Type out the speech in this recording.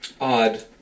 Odd